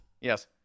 Yes